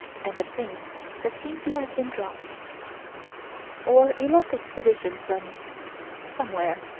and of things that seem to have been dropped or a lost expedition from somewhere.